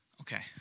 Okay